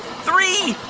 three,